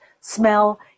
smell